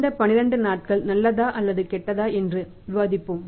இந்த 12 நாட்கள் நல்லதா அல்லது கெட்டதா என்று விவாதிப்போம்